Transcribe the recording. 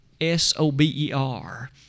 S-O-B-E-R